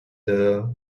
trevor